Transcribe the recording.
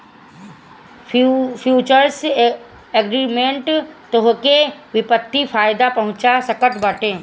futures agreement तोहके वित्तीय फायदा पहुंचा सकत बाटे